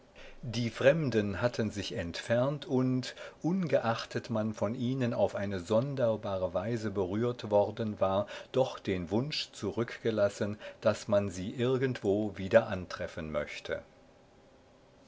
die fremden hatten sich entfernt und ungeachtet man von ihnen auf eine sonderbare weise berührt worden war doch den wunsch zurückgelassen daß man sie irgendwo wieder antreffen möchte